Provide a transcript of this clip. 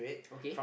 okay